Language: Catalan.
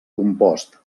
compost